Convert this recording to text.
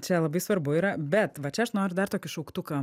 čia labai svarbu yra bet va čia aš noriu dar tokį šauktuką